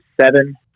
seven